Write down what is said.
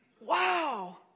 wow